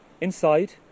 Inside